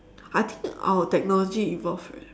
I think our technology evolved eh